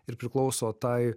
ir priklauso tai